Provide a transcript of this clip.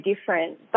different